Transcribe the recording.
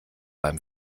beim